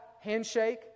handshake